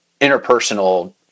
interpersonal